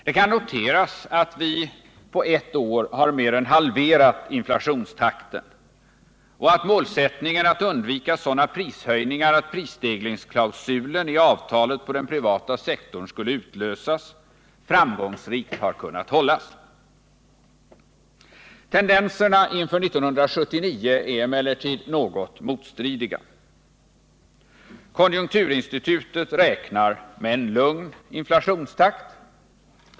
Det kan noteras att vi Nr 54 på ett år har mer än halverat inflationstakten och att målsättningen att Torsdagen den undvika sådana prishöjningar att prisstegringsklausulen i avtalet på den 14 december 1978 privata sektorn skulle utlösas framgångsrikt har kunnat hållas. Tendenserna inför 1979 är emellertid något motstridiga. Konjunkturinstitutet räknar med en lugn inflationstakt.